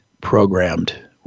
programmed